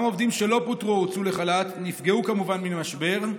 גם עובדים שלא פוטרו או הוצאו לחל"ת נפגעו כמובן מן המשבר.